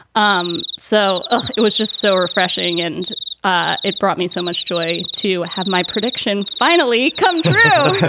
um so ah it was just so refreshing. and ah it brought me so much joy to have my prediction finally come to oh,